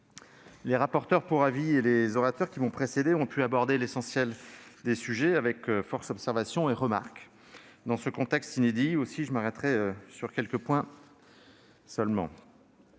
Les rapporteurs pour avis et les orateurs qui m'ont précédé ont pu aborder l'essentiel des sujets, avec force observations et remarques ; aussi m'arrêterai-je, dans ce contexte inédit, sur quelques points seulement.